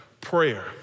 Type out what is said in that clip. prayer